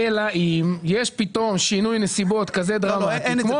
אלא אם יש פתאום שינוי נסיבות כזה דרמטי כמו